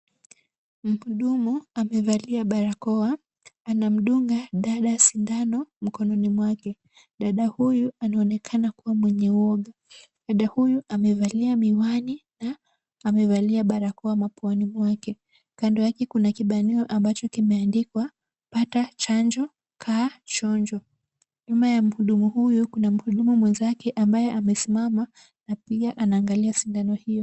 Mhudumu amevalia barakoa. Anamdunga dada sindano mkononi mwake. Dada huyu anaonekana kuwa mwenye uoga. Dada huyu amevalia miwani na amevalia barakoa mapuani mwake. Kando yake kuna kibanio ambacho kimeandikwa pata chanjo kaa chonjo. Nyuma ya mhudumu huyu kuna mhudumu mwenzake ambaye amesimama na pia anaangalia sindano hiyo.